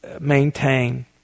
maintain